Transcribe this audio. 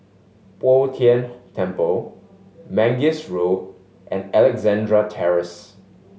Bo Tien Temple Mangis Road and Alexandra Terrace